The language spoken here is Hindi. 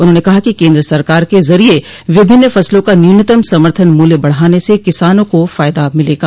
उन्होंने कहा कि केन्द्र सरकार के जरिये विभिन्न फसलों का न्यूनतम समर्थन मूल्य बढ़ाने से किसानों को फायदा मिलेगा